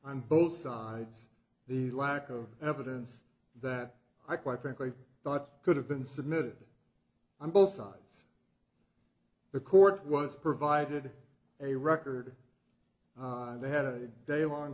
i'm both sides the lack of evidence that i quite frankly thought could have been submitted on both sides the court was provided a record and they had a day long